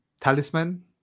talisman